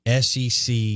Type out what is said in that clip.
SEC